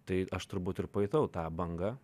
tai aš turbūt ir pajutau tą bangą